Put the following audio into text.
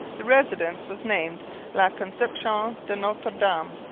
the residence was named la conception de notre dame.